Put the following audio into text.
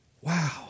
Wow